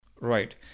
Right